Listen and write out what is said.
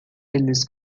eles